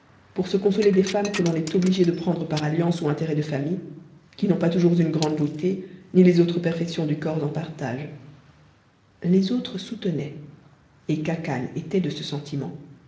pour se consoler des femmes que l'on est obligé de prendre par alliance ou intérêt de famille qui n'ont pas toujours une grande beauté ni les autres perfections du corps en partage les autres soutenaient et khacan était de ce sentiment